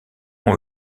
ont